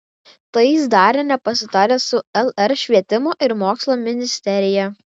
tai jis darė nepasitaręs su lr švietimo ir mokslo ministerija